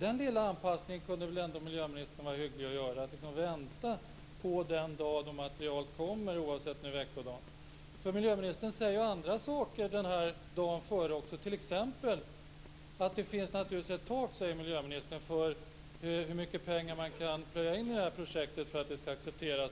Den lilla anpassningen kunde väl miljöministern ändå vara hygglig och göra och alltså vänta på den dagen materialet kommer, oavsett veckodag. Miljöministern säger ju också andra saker dagen innan, t.ex. att det naturligtvis finns ett tak för hur mycket pengar som kan plöjas in i det här projektet för att det skall accepteras.